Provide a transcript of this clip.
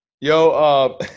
Yo